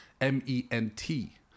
M-E-N-T